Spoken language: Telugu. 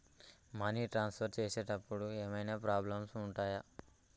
మనీ ట్రాన్స్ఫర్ చేసేటప్పుడు ఏమైనా ప్రాబ్లమ్స్ ఉంటయా?